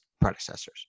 predecessors